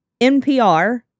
NPR